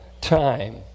time